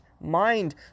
mind